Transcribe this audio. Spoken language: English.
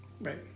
Right